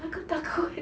aku takut